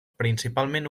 principalment